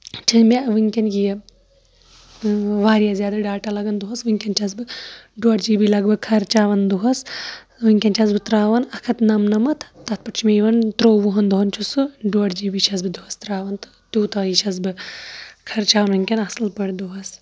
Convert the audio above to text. چھُ مےٚ وٕنکیٚن یہِ واریاہ زیادٕ ڈاٹا لگان دۄہَس وٕنکیٚن چھَس بہٕ ڈوڑ جی بی لگ بگ خرچاون دۄہَس وٕنکیٚن چھَس بہٕ تراون اکھ ہَتھ نََمنمَتھ تَتھ پٮ۪ٹھ چھِ مےٚ یِوان تروُہن دۄہَن چھُ سُہ ڈوڑ جی بی چھَس بہٕ دۄہَس تراوان تہٕ توٗتاہ یہِ چھَس بہٕ خرچاوان وٕنکیٚن اَصٕل پٲٹھۍ دۄہَس